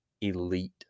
elite